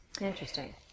Interesting